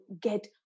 get